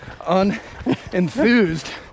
unenthused